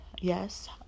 yes